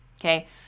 Okay